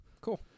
cool